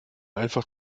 einfach